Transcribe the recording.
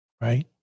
right